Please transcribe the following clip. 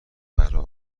برا